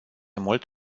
mult